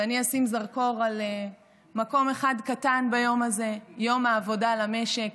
ואני אשים זרקור על מקום אחד קטן ביום הזה: יום העבודה למשק,